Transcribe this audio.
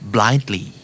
Blindly